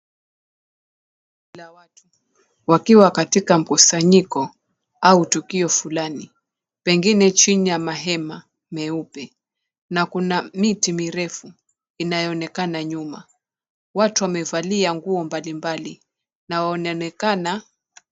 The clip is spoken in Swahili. La watu wakiwa katika mkusanyiko au tukio fulani, pengine chini ya mahema meupe. Na kuna miti mirefu inayoonekana nyuma. Watu wamevalia nguo mbalimbali na wanaonekana.